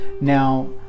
now